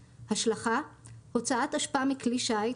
"השלכה" הוצאת אשפה מכלי שיט,